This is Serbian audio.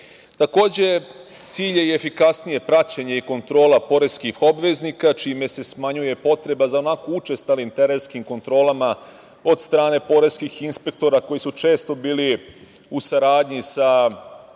Takođe, cilj je i efikasnije praćenje i kontrola poreskih obveznika čime se smanjuje potreba za učestalim terenskim kontrolama od strane poreskih inspektora, koji su često bili u saradnji sa serviserima